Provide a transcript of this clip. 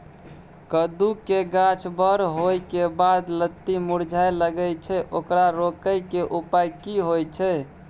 कद्दू के गाछ बर होय के बाद लत्ती मुरझाय लागे छै ओकरा रोके के उपाय कि होय है?